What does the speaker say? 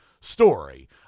story